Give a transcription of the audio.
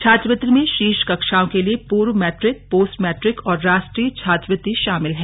छात्रवृत्ति में शीर्ष कक्षाओं के लिए पूर्व मैट्रिक पोस्ट मैट्रिक और राष्ट्रीय छात्रवृत्ति शामिल हैं